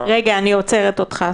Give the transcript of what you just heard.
רגע, אני עוצרת אותך.